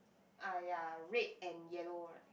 ah ya red and yellow right